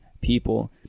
people